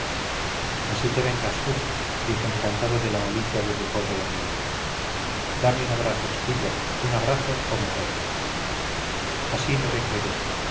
así te vengas tú dije encantado de la malicia de mi pobre amiga dame un abrazo chiquilla un abrazo o me muero así me vengo yo